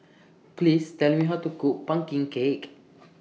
Please Tell Me How to Cook Pumpkin Cake